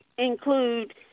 include